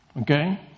Okay